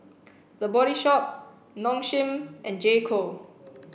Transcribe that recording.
the Body Shop Nong Shim and J Co